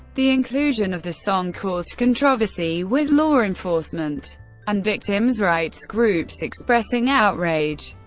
the inclusion of the song caused controversy, with law-enforcement and victims-rights groups expressing outrage.